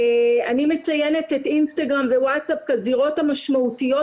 אני מציינת את אינסטרגם וואטסאפ כזירות המשמעותיות